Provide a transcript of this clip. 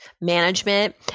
management